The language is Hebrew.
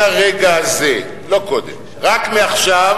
מהרגע הזה, לא קודם, רק מעכשיו,